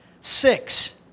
six